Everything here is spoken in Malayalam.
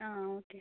ആ ഓക്കെ